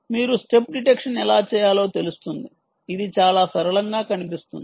మీరు step detection ఎలా చేయాలో తెలుస్తుంది ఇది చాలా సరళంగా కనిపిస్తుంది